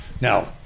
Now